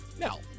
Now